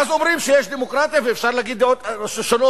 ואז אומרים שיש דמוקרטיה ואפשר להגיד דעות שונות.